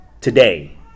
Today